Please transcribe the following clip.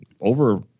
over